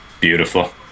Beautiful